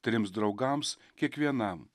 trims draugams kiekvienam